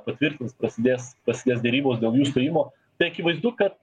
patvirtins prasidės prasidės derybos dėl jų stojimo tai akivaizdu kad